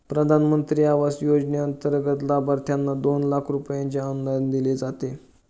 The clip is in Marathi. प्रधानमंत्री आवास योजनेंतर्गत लाभार्थ्यांना दोन लाख रुपयांचे अनुदान दिले जाते